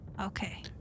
okay